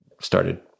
started